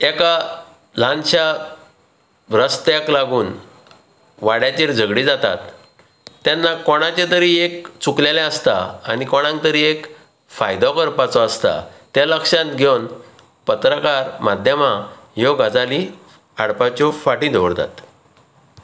एका ल्हानशा रस्त्याक लागून वाड्याचेर झगडीं जातात तेन्ना कोणाचे तरी एक चुकलेले आसता आनी कोणाक तरी एक फायदो करपाचो आसता तें लक्षांत घेवन पत्रकार माध्यमां ह्यो गजाली हाडपाच्यो फाटीं दवरतात